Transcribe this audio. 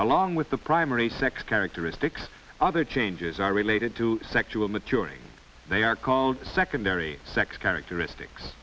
along with the primary sex characteristics other changes are related to sexual maturity they are called secondary sex characteristics